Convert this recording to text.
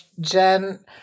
Jen